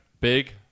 Big